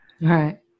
Right